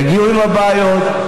תגיעו עם הבעיות,